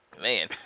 Man